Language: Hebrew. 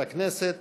הכנסת.